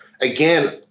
again